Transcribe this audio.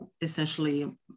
essentially